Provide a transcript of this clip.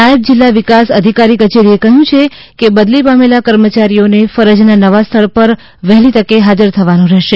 નાયબ જિલ્લા વિકાસ અધિકારી કચેરીએ કહ્યું છે કે બદલી પામેલા કર્મચારીઓને ફરજના નવા સ્થળ પર વહેલી તકે હાજર થવાનું રહેશે